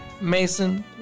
Mason